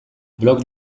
blog